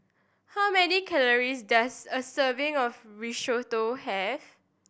how many calories does a serving of Risotto have